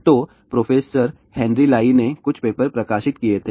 तो professor Henry Lai ने कुछ पेपर प्रकाशित किए थे